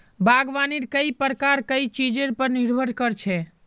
बागवानीर कई प्रकार कई चीजेर पर निर्भर कर छे